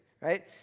right